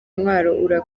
intwaro